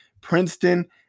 Princeton